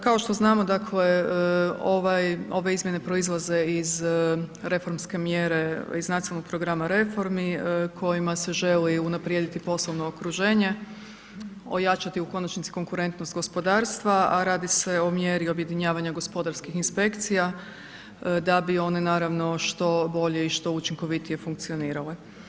Kao što znamo, ove izmjene proizlaze iz reformske mjere iz nacionalnog programa reformi kojima se želi unaprijediti poslovno okruženje, ojačati u konačnici konkurentnost gospodarstva, a radi se o mjeri objedinjavanja gospodarskih inspekcija da bi one, naravno, što bolje i što učinkovitije funkcionirale.